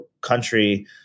country